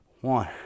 One